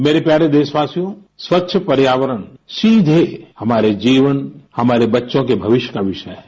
मेरे प्यारे देशवासियों स्वच्छ पर्यावरण सीधे हमारे जीवन हमारे बच्चों के भविष्य का विषय है